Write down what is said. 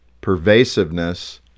pervasiveness